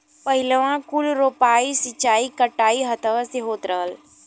पहिलवाँ कुल रोपाइ, सींचाई, कटाई हथवे से होत रहल